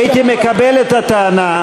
הייתי מקבל את הטענה,